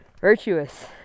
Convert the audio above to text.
Virtuous